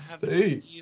Hey